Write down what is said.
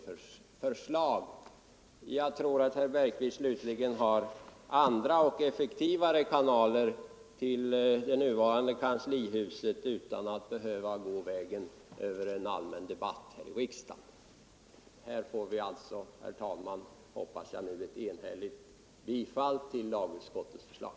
Slutligen vill jag säga att jag tror att herr Bergqvist har andra och mer effektiva kanaler till det nuvarande kanslihuset, så att han inte behöver ta omvägen över en allmän debatt här i riksdagen. Här hoppas jag, herr talman, att vi får ett enhälligt bifall till lagutskottets förslag.